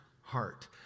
heart